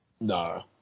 No